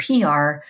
PR